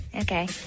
Okay